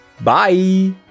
bye